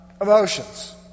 emotions